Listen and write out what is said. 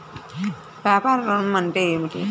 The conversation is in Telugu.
వ్యాపార ఋణం అంటే ఏమిటి?